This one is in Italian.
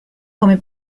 come